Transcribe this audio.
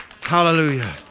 Hallelujah